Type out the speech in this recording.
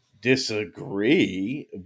disagree